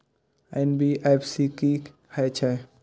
NBFC की हे छे?